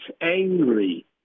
angry